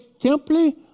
simply